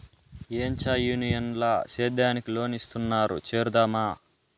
ఏంచా యూనియన్ ల సేద్యానికి లోన్ ఇస్తున్నారు చేరుదామా